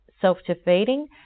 self-defeating